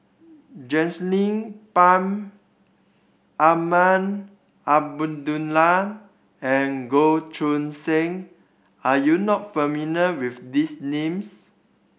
Pang Azman Abdullah and Goh Choo San are you not familiar with these names